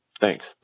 Thanks